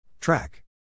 Track